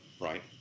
right